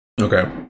Okay